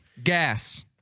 Gas